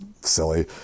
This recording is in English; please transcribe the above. silly